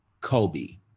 Kobe